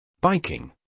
Biking